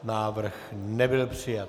Návrh nebyl přijat.